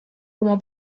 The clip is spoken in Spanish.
como